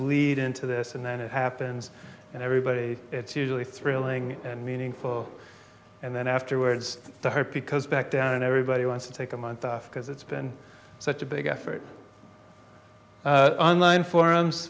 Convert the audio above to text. lead into this and then it happens and everybody it's usually thrilling and meaningful and then afterwards to her because back down and everybody wants to take a month off because it's been such a big effort unline